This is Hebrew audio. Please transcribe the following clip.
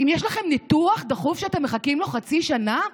אם יש לכם ניתוח דחוף שאתם מחכים לו חצי שנה,